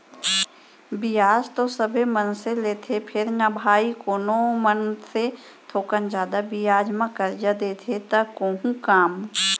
बियाज तो सबे मनसे लेथें फेर न भाई कोनो मनसे थोकन जादा बियाज म करजा देथे त कोहूँ कम